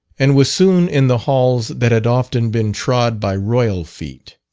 and was soon in the halls that had often been trod by royal feet.